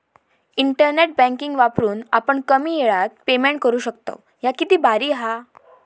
internet banking वापरून आपण कमी येळात पेमेंट करू शकतव, ह्या किती भारी हां